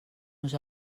nos